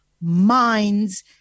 minds